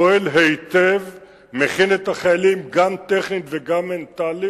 פועל היטב, מכין את החיילים, גם טכנית וגם מנטלית,